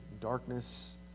darkness